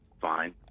Fine